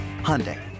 Hyundai